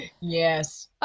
Yes